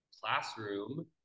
classroom